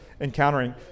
encountering